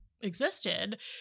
existed